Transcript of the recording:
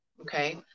okay